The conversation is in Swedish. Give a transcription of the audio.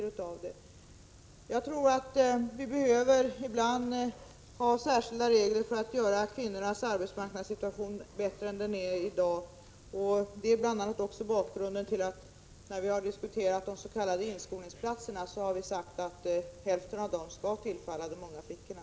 Hoval Sven så sö ningen av asylärenden Jag tror att vi ibland behöver särskilda regler för att göra kvinnornas arbetssituation bättre än den är i dag. Bl.a. det är bakgrund till att vi, när vi har diskuterat de s.k. inskolningsplatserna, har sagt att hälften av dem skall tillfalla de unga flickorna.